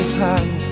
time